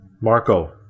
Marco